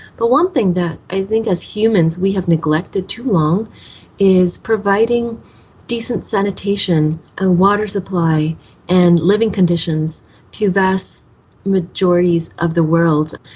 but one thing that i think as humans we have neglected too long is providing decent sanitation and water supply and living conditions to vast majorities of the world.